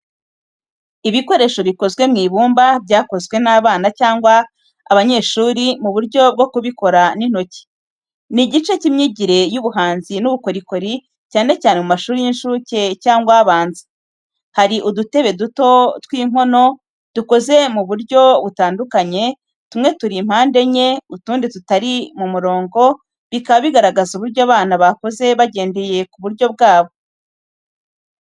Ibikoresho bikozwe mu ibumba byakozwe n'abana cyangwa abanyeshuri, mu buryo bwo kubikora n'intoki. Ni igice cy’imyigire y’ubuhanzi n’ubukorikori, cyane cyane mu mashuri y’incuke cyangwa abanza. Hari udutebe duto tw’inkono dukoze mu buryo butandukanye tumwe turi impande enye, utundi tutari mu murongo, bikaba bigaragaza uburyo abana bakoze bagendeye ku buryo bwabo.